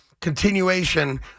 continuation